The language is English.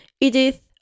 Edith